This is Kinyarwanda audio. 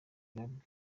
babwiwe